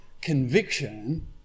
conviction